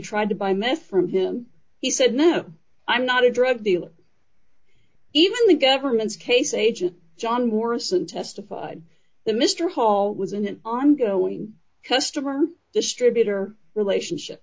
tried to buy meth from him he said no i'm not a drug dealer even the government's case agent john morrison testified that mr hall was in an ongoing customer distributor relationship